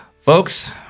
Folks